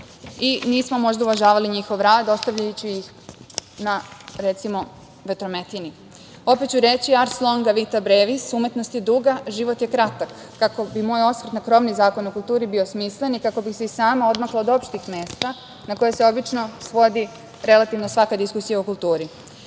i nismo možda uvažavali njihov rad, ostavljajući ih recimo na vetrometini. Opet ću reći „ars longa vita brevis“ – umetnost je duga, život je kratak. Kako bi moj osvrt na krovni Zakon o kulturi, bio smislen i kako bi se i sama odmakla od opštih mesta, na koje se obično svodi relativno svaka diskusija o